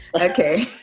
Okay